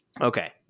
Okay